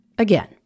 again